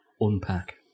Unpack